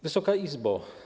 Wysoka Izbo!